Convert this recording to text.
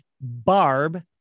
barb